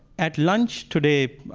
at lunch today